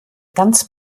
ganz